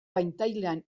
pantailan